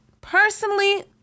Personally